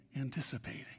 anticipating